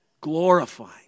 glorifying